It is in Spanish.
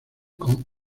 con